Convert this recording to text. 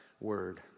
word